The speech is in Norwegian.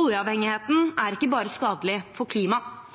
Oljeavhengigheten er ikke bare skadelig for klimaet.